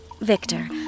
victor